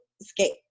escape